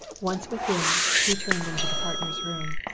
once within, he turned into the partners' room.